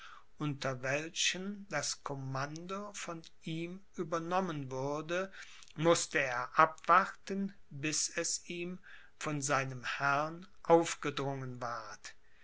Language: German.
unter welchen das commando von ihm übernommen würde mußte er abwarten bis es ihm von seinem herrn aufgedrungen ward